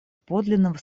подлинного